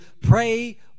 pray